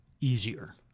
easier